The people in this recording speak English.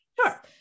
Sure